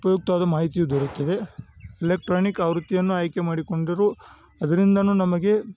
ಉಪಯುಕ್ತವಾದ ಮಾಹಿತಿಯು ದೊರೆಯುತ್ತದೆ ಇಲೆಕ್ಟ್ರಾನಿಕ್ ಆವೃತ್ತಿಯನ್ನು ಆಯ್ಕೆ ಮಾಡಿಕೊಂಡಿರೊ ಅದರಿಂದ ನಮಗೆ